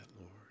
lord